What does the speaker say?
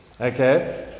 okay